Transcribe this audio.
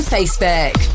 Facebook